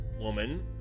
woman